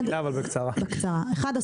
אחד,